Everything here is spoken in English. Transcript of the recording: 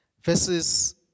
verses